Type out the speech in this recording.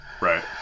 Right